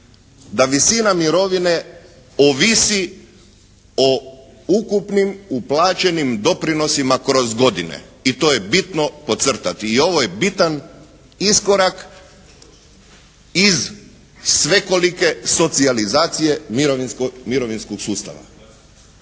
da visina mirovine ovisi o ukupnim uplaćenim doprinosima kroz godine i to je bitno pocrtati. I ovo je bitan iskorak iz svekolike socijalizacije mirovinskog sustava.